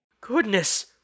Goodness